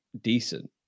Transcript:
decent